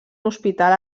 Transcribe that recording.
hospital